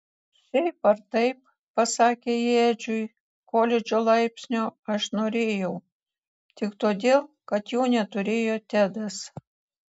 šiaip ar taip pasakė ji edžiui koledžo laipsnio aš norėjau tik todėl kad jo neturėjo tedas